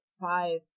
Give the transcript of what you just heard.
five